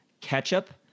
ketchup